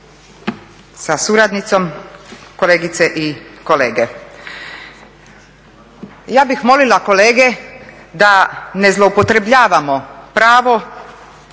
sa suradnicom, kolegice i kolege. Ja bih molila kolege da ne zloupotrebljavamo pravo